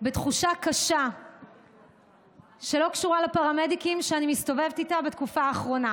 בתחושה קשה שלא קשורה לפרמדיקים שאני מסתובבת איתה בתקופה האחרונה: